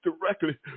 directly